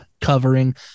covering